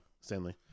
Stanley